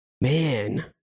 Man